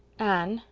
anne,